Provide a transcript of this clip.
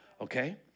Okay